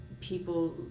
people